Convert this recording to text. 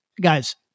guys